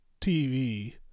TV